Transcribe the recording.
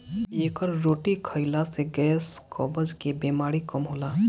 एकर रोटी खाईला से गैस, कब्ज के बेमारी कम होला